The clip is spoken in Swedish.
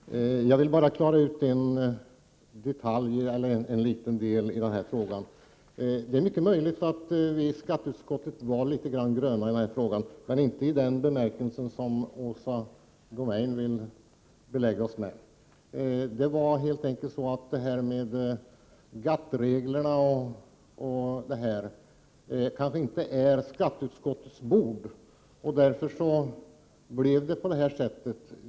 Herr talman! Jag vill bara klara ut en liten del i denna fråga. Det är mycket möjligt att vi i skatteutskottet var litet gröna, men inte i den bemärkelse som Åsa Domeij vill göra gällande. GATT-reglerna kanske inte är skatteutskottets bord helt enkelt, och därför blev det på detta sätt.